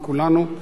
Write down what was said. את כולנו,